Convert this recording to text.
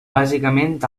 bàsicament